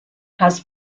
has